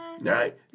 Right